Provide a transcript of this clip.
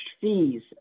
fees